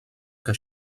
que